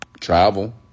Travel